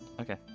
Okay